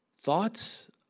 thoughts